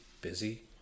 busy